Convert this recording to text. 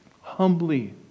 humbly